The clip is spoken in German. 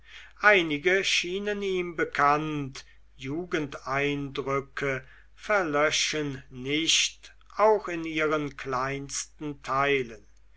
einige schienen ihm bekannt jugendeindrücke verlöschen nicht auch in ihren kleinsten teilen